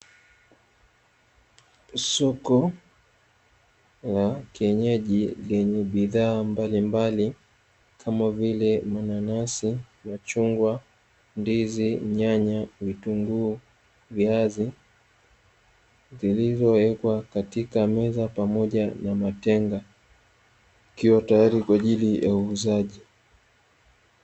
Soko la kienyeji lenye bidhaa mbalimbali, kama vile mananasi, machungwa, ndizi, nyanya, vitunguu, viazi zilizowekwa katika meza pamoja na matenga. Yakiwa tayari kwa ajili ya uuzaji.